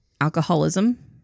alcoholism